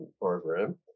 Program